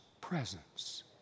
presence